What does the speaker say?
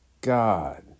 God